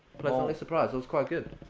pleasantly surprised, it was quite good.